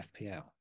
FPL